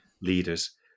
leaders